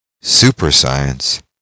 super-science